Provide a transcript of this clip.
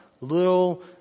Little